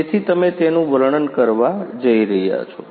તેથી તમે તેનું વર્ણન કરવા જી રહ્યા છો